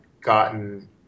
gotten